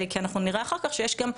כי אנחנו נראה אחר כך שיש גם,